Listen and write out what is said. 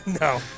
No